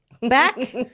back